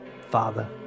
Father